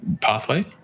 pathway